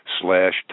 slash